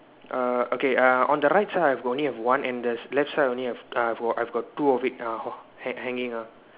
err okay uh on the right side I only have one handers left side only have uh I got I got two of it uh han~ hanging uh